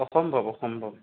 অসম্ভৱ অসম্ভৱ